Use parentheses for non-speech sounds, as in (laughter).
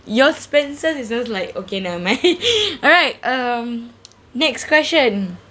your expenses is just like okay never mind (laughs) alright um next question